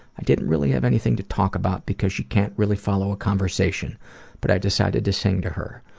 i didn't really have anything to talk about because she can't really follow a conversation but i decided to sing to her.